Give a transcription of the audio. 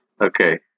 Okay